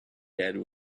dad